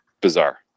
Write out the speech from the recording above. Bizarre